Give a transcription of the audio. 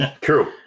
True